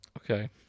Okay